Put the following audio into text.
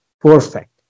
perfect